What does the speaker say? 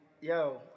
yo